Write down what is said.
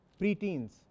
preteens